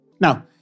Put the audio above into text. Now